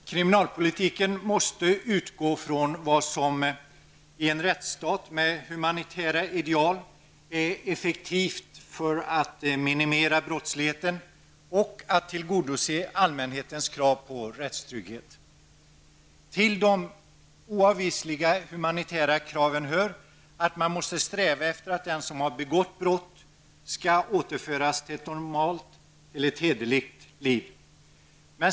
Herr talman! Kriminalpolitiken måste utgå från vad som i en rättsstat med humanitära ideal är effektivt för att minimera brottsligheten och för att tillgodose allmänhetens krav på rättstrygghet. Till de oavvisliga humanitära kraven hör att man måste sträva efter att den som har begått brott skall återföras till ett normalt, hederligt liv.